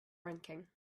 ranking